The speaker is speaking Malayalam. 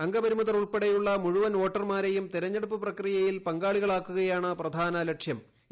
അംഗപൂരിമിതർ ഉൾപ്പെടെയുള്ള മുഴുവൻ വോട്ടർമാരെയും തെരഞ്ഞെട്ടുപ്പ് പ്രികിയയിൽ പങ്കാളികളാക്കുകയാണ് പ്രധാന ലക്ഷ്യും